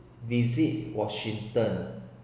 visit washington